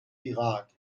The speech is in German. irak